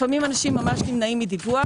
לפעמים הם ממש נמנעים מדיווח,